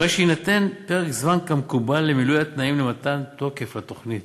הרי שיינתן פרק זמן כמקובל למילוי התנאים למתן תוקף לתוכנית.